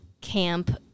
camp